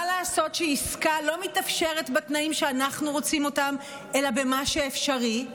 מה לעשות שעסקה לא מתאפשרת בתנאים שאנחנו רוצים אותם אלא במה שאפשרי?